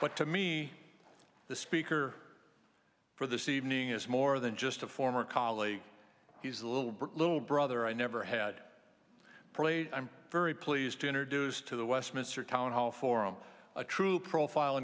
what to me the speaker for this evening is more than just a former colleague he's a little bit little brother i never had played i'm very pleased to introduce to the westminster town hall forum a true profile